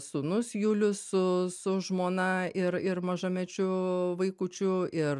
sūnus julius su su žmona ir ir mažamečiu vaikučiu ir